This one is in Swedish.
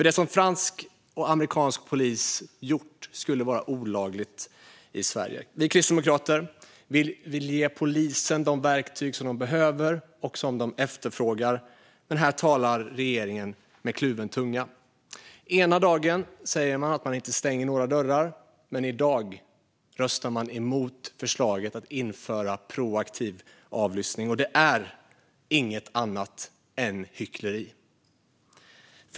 Det som fransk och amerikansk polis gjort skulle vara olagligt i Sverige. Vi kristdemokrater vill ge polisen de verktyg som de behöver och som de efterfrågar, men här talar regeringen med kluven tunga. Ena dagen säger man att man inte stänger några dörrar, men i dag röstar man emot förslaget att införa proaktiv avlyssning. Det är inget annat än hyckleri.